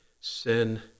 sin